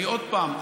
עוד פעם,